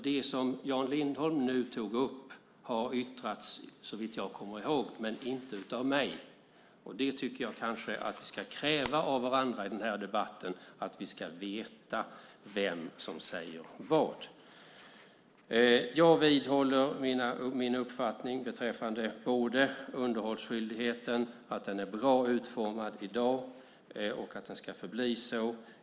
Det som Jan Lindholm nu tog upp har yttrats, såvitt jag kommer ihåg, men inte av mig. Jag tycker att vi kan kräva av varandra i debatten att vi ska få veta vem som säger vad. Jag vidhåller min uppfattning beträffande underhållsskyldigheten - den är bra utformad i dag och ska förbli så.